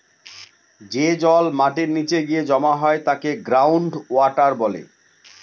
যে জল মাটির নীচে গিয়ে জমা হয় তাকে গ্রাউন্ড ওয়াটার বলে